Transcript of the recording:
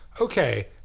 okay